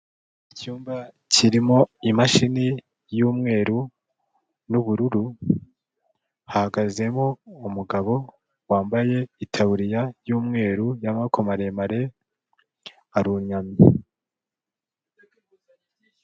Icyumba kirimo imashini y'umweru n'ubururu, hahagazemo umugabo wambaye itaburiya y'umweru y'amaboko maremare, arunamye.